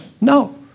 No